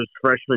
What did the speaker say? freshman